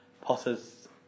Potter's